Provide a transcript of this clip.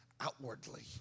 outwardly